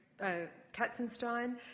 Katzenstein